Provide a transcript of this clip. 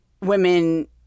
women